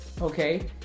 okay